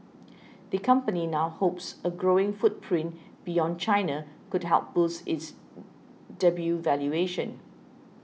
the company now hopes a growing footprint beyond China could help boost its debut valuation